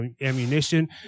ammunition